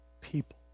people